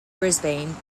brisbane